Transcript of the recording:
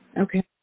Okay